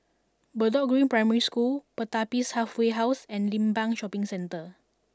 Bedok Green Primary School Pertapis Halfway House and Limbang Shopping Centre